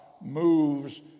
moves